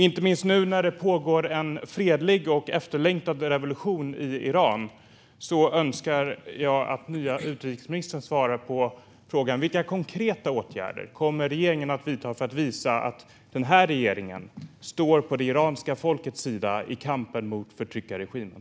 Inte minst nu när det pågår en fredlig, efterlängtad revolution i Iran önskar jag att nye utrikesministern svarar på frågan: Vilka konkreta åtgärder kommer regeringen att vidta för att visa att den här regeringen står på det iranska folkets sida i kampen mot förtryckarregimen?